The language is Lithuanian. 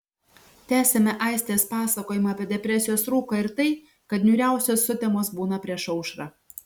tęsiame aistės pasakojimą apie depresijos rūką ir tai kad niūriausios sutemos būna prieš aušrą